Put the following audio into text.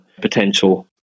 potential